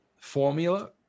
formula